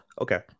Okay